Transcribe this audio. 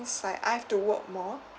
like I have to work more